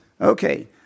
Okay